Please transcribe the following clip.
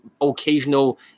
occasional